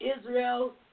Israel